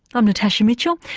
i'm natasha mitchell,